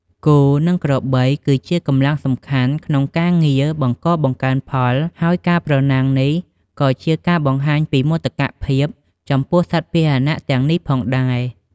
គោ និងក្របីគឺជាកម្លាំងសំខាន់ក្នុងការងារបង្កបង្កើនផល ហើយការប្រណាំងនេះក៏ជាការបង្ហាញពីមោទកភាពចំពោះសត្វពាហនៈទាំងនេះផងដែរ។